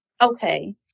Okay